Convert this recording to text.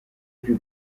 più